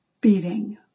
beating